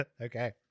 Okay